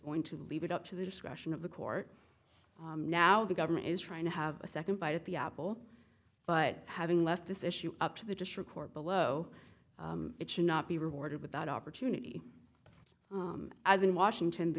going to leave it up to the discretion of the court now the government is trying to have a second bite at the apple but having left this issue up to the district court below it should not be rewarded with that opportunity as in washington t